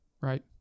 Right